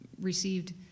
received